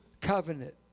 covenant